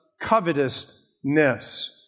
covetousness